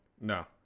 No